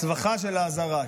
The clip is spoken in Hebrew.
צווחה של העזרה,